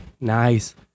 nice